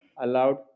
allowed